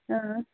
اۭں